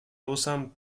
usan